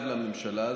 לממשלה הזאת.